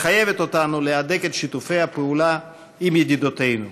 מחייבת אותנו להדק את שיתופי הפעולה עם ידידותינו.